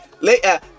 later